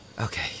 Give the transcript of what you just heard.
Okay